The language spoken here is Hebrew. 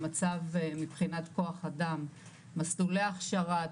המצב מבחינת כוח אדם מסלולי ההכשרה,